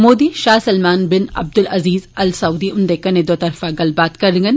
Modi Shah Salman bin Abdul Aziz Al Saud हुन्दे कन्नै दोतरफा गल्लबात करङन